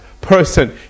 person